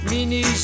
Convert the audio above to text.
Mini